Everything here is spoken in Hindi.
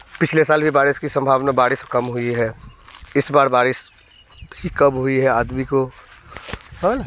पिछले साल भी बारिश की संभावना बारिश कम हुई है इस बार बारिश भी कम हुई है आदमी को हाँ